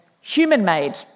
human-made